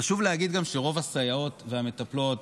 חשוב גם להגיד שרוב הסייעות והמטפלות,